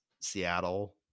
Seattle